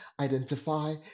identify